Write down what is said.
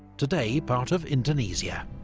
today, part of indonesia.